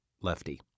Lefty